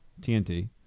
TNT